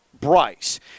Bryce